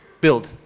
build